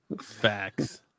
Facts